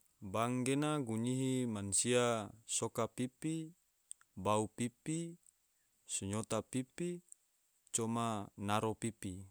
Bank gena gunyihi mansia soka pipi, bau pipi, sinyota pipi, coma naro pipi